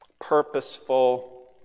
purposeful